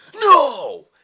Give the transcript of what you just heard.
no